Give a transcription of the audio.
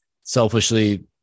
selfishly